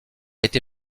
été